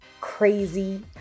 crazy